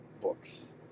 books